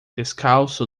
descalço